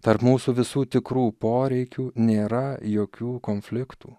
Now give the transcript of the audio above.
tarp mūsų visų tikrųjų poreikių nėra jokių konfliktų